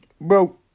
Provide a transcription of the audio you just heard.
Bro